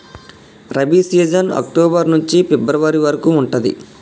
rabi season October నుంచి February వరకు ఉంటది